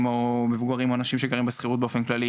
או מבוגרים או אנשים שגרים בשכירות באופן כללי